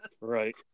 right